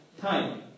time